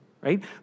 right